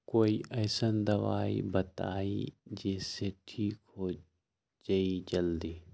कोई अईसन दवाई बताई जे से ठीक हो जई जल्दी?